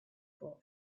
for